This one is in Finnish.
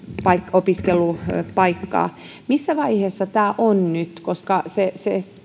opiskelupaikkaa missä vaiheessa tämä on nyt se se